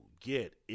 get